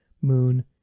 moon